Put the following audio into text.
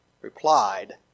replied